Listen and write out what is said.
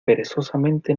perezosamente